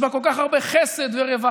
יש בה כל כך הרבה חסד ורווחה,